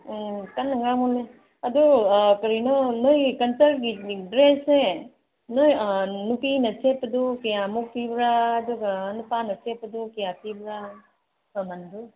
ꯎꯝ ꯀꯟꯅ ꯉꯥꯡꯃꯜꯂꯦ ꯑꯗꯨ ꯀꯔꯤꯅꯣ ꯅꯣꯏꯒꯤ ꯀꯜꯆꯔꯒꯤ ꯗ꯭ꯔꯦꯁꯁꯦ ꯅꯣꯏ ꯅꯨꯄꯤꯅ ꯁꯦꯠꯄꯗꯨ ꯀꯌꯥꯃꯨꯛ ꯄꯤꯕ꯭ꯔꯥ ꯑꯗꯨꯒ ꯅꯨꯄꯥꯅ ꯁꯦꯠꯄꯗꯨ ꯀꯌꯥ ꯄꯤꯕ꯭ꯔꯥ ꯃꯃꯟꯗꯨ